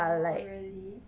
orh really